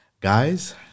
guys